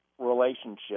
relationship